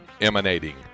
emanating